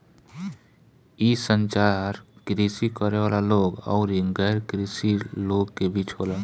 इ संचार कृषि करे वाला लोग अउरी गैर कृषि लोग के बीच होला